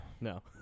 No